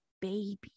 baby